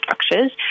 structures